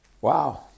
Wow